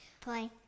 play